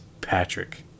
Patrick